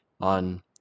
on